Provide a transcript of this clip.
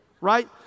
right